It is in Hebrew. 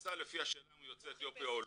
נעשה לפי השאלה אם הוא יוצא אתיופיה או לא.